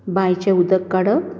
बांयचें उदक काडप